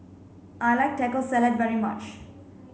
I like Taco Salad very much